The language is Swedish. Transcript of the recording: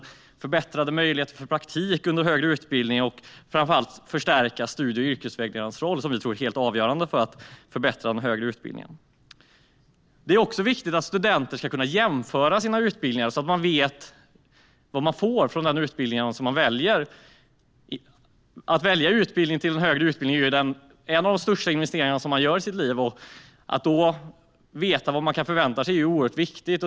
Vi vill se förbättrade möjligheter för praktik under den högre utbildningen. Framför allt vill vi förstärka studie och yrkesvägledarnas roll, vilket vi tror är helt avgörande för att förbättra den högre utbildningen. Det är också viktigt att studenter ska kunna jämföra sina utbildningar så att de vet vad man får ut av den utbildning som man väljer. Att välja en högre utbildning är en av de största investeringarna som man gör i sitt liv. Att då få veta vad man kan förvänta sig är oerhört viktigt.